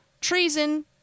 treason